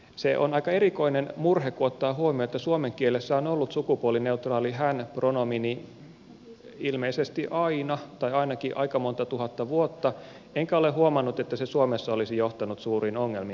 se on aika erikoinen murhe kun ottaa huomioon että suomen kielessä on ollut sukupuolineutraali hän pronomini ilmeisesti aina tai ainakin aika monta tuhatta vuotta enkä ole huomannut että se suomessa olisi johtanut suuriin ongelmiin